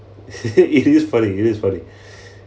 it is funny it is funny